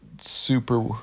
super